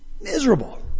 Miserable